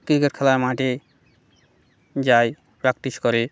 cricket খেলার মাঠে যায় প্র্যাকটিস করি